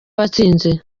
watsinze